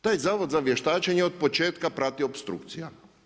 Taj je zavod za vještačenje otpočetka prati opstrukcija.